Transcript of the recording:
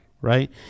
right